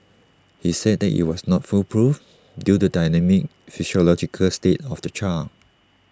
he said that IT was not foolproof due to the dynamic psychological state of the child